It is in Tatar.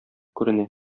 күренә